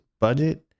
budget